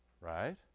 Right